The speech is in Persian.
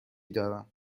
دارم